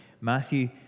Matthew